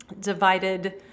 divided